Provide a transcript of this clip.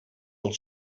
del